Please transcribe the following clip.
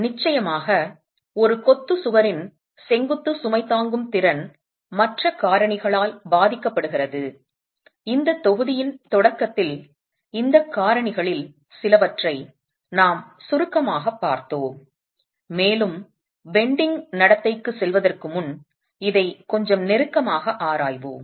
நிச்சயமாக ஒரு கொத்து சுவரின் செங்குத்து சுமை தாங்கும் திறன் மற்ற காரணிகளால் பாதிக்கப்படுகிறது இந்த தொகுதியின் தொடக்கத்தில் இந்த காரணிகளில் சிலவற்றை நாம் சுருக்கமாகப் பார்த்தோம் மேலும் வளைந்துகொள்வதற்கான நடத்தைக்குச் செல்வதற்கு முன் இதை கொஞ்சம் நெருக்கமாக ஆராய்வோம்